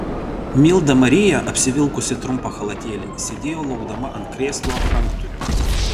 milda marija apsivilkusi trumpą chalatėlį sėdėjo laukdama ant krėslo ranktūrio